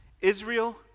Israel